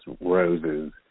Rose's